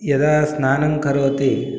यदा स्नानं करोति